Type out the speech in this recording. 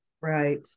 Right